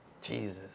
Jesus